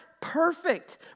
perfect